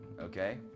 okay